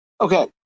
Okay